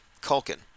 Culkin